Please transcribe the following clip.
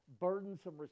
burdensome